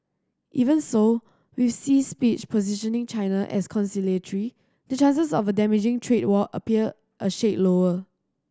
even so with Xi's speech positioning China as conciliatory the chances of a damaging trade war appear a shade lower